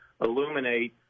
illuminate